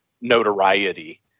notoriety